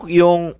yung